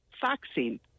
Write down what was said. Vaccine